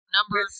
Number